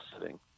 sitting